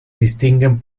distinguen